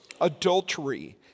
adultery